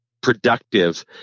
productive